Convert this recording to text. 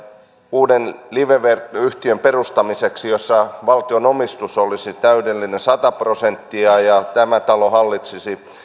uuden live yhtiön perustamiseksi jossa valtion omistus olisi täydellinen sata prosenttia ja jossa tämä talo hallitsisi